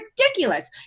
ridiculous